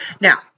Now